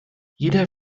jeder